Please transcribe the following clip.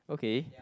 okay